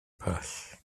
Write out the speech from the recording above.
pell